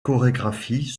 chorégraphies